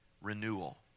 renewal